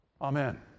Amen